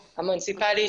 המוניציפאלי,